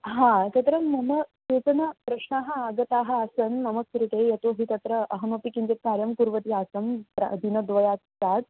हा तत्र मम केचन प्रश्नाः आगताः आसन् मम कृते यतोपि तत्र अहमपि किञ्चित् कार्यं कुर्वती आसम् प्र दिनद्वयात् प्राक्